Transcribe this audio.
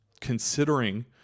considering